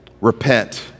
repent